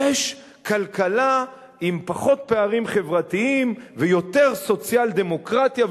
יש כלכלה עם פחות פערים חברתיים ויותר סוציאל-דמוקרטיה,